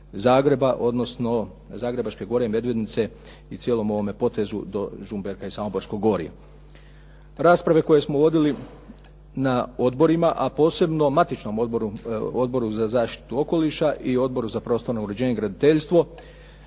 Zagreba, odnosno Zagrebačke gore "Medvednice" i cijelom ovom potezu do Žumberka i Samoborskog gorja. Rasprave koje smo vodili na odborima, a posebno matičnom odboru, Odboru za zaštitu okoliša i Odboru za prostorno uređenje i graditeljstvo,